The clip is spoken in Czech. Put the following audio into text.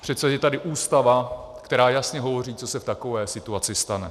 Přece je tady Ústava, která jasně hovoří, co se v takové situaci stane.